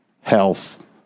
health